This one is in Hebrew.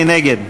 מי נגד?